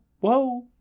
whoa